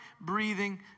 breathing